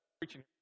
Preaching